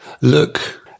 look